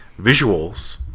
visuals